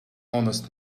honest